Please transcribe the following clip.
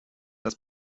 dass